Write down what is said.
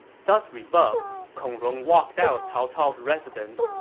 thus rebuffed, kong rong walked out of cao cao's residence,